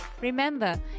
Remember